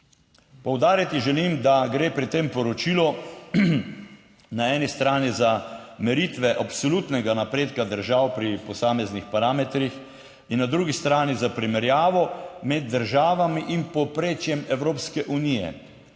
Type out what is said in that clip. Poudariti želim, da gre pri tem poročilu na eni strani za meritve absolutnega napredka držav pri posameznih parametrih in na drugi strani za primerjavo med državami in povprečjem Evropske unije.